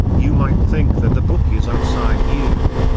you might think that the book is outside you.